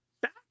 Back